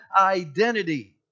identity